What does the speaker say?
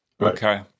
okay